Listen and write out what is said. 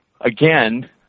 again